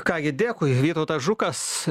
ką gi dėkui vytautas žukas